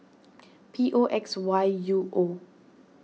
P O X Y U O